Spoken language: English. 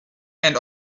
and